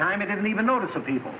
time i didn't even notice of people